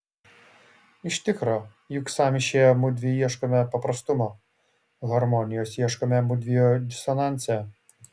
iš tikro juk sąmyšyje mudvi ieškome paprastumo harmonijos ieškome mudviejų disonanse